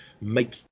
make